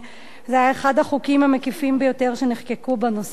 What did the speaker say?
זה היה אחד החוקים המקיפים ביותר שנחקקו בנושא הזה.